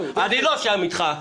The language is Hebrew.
אני לא שם איתך.